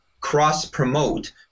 cross-promote